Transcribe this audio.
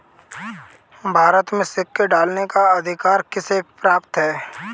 भारत में सिक्के ढालने का अधिकार किसे प्राप्त है?